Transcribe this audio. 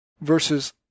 versus